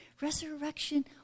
resurrection